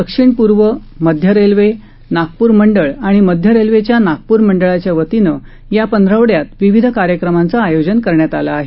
दक्षिण पूर्व मध्य रेल्वे नागपूर मंडळ आणि मध्य रेल्वेच्या नागपूर मंडळाच्या वतीनं या पंधरवाड्यात विविध कार्यक्रमाचं आयोजन करण्यात आलं आहे